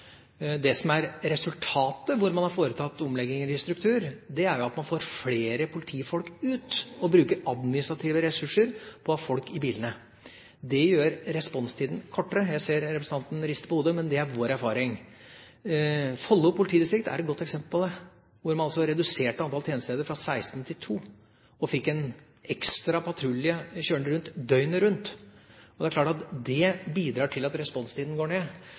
som er resultatet der hvor man har foretatt omlegginger i struktur, er at man får flere politifolk ut og bruker administrative ressurser på å ha folk i bilene. Det gjør responstiden kortere – jeg ser representanten riste på hodet, men det er vår erfaring. Follo politidistrikt er et godt eksempel på det. Der reduserte man antallet tjenestesteder fra 16 til to og fikk en ekstra patrulje kjørende rundt døgnet rundt. Det er klart at det bidrar til at responstiden går ned.